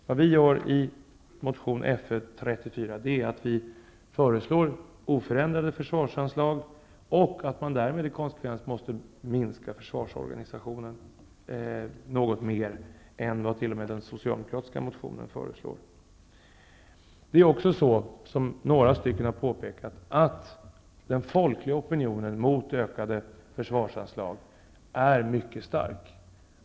Vad vi gör i motion Fö34 är att vi föreslår oförändrat försvarsanslag och att man i konsekvens därmed måste minska försvarsorganisationen något mer än vad t.o.m. den socialdemokratiska partimotionen föreslår. Det är också så, som några stycken har påpekat, att den folkliga opinionen mot ökade försvarsanslag är mycket stark.